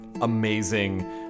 amazing